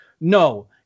No